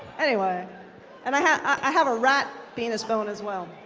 anyway. and i have i have a rat penis bone as well.